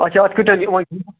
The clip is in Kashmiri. اچھا اتھ کۭتیاہ